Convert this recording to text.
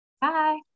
bye